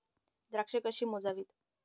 द्राक्षे कशी मोजावीत?